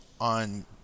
on